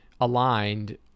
aligned